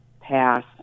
pass